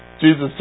Jesus